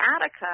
Attica